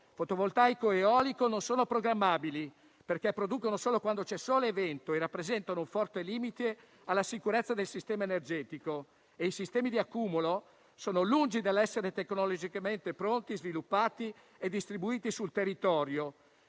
fotovoltaico ed eolico non sono programmabili, perché producono solo quando ci sono sole e vento, e rappresentano un forte limite alla sicurezza del sistema energetico, e i sistemi di accumulo sono lungi dall'essere tecnologicamente pronti, sviluppati e distribuiti sul territorio.